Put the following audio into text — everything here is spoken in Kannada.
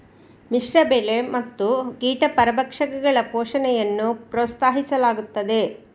ಮಿಶ್ರ ಬೆಳೆ ಮತ್ತು ಕೀಟ ಪರಭಕ್ಷಕಗಳ ಪೋಷಣೆಯನ್ನು ಪ್ರೋತ್ಸಾಹಿಸಲಾಗುತ್ತದೆ